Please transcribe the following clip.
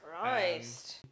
christ